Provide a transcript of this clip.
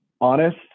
Honest